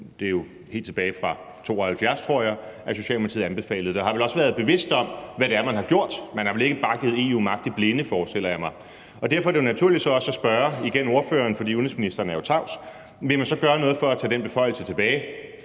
Det er jo helt tilbage fra 1972, tror jeg, at Socialdemokratiet anbefalede det, og man har vel også været bevidst om, hvad det er, man har gjort. Man har vel ikke bare givet EU magt i blinde, forestiller jeg mig, og derfor er det jo så også naturligt at spørge ordføreren igen, for udenrigsministeren er jo tavs, om man så vil gøre noget for at tage den beføjelse tilbage.